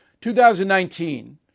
2019